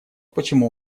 почему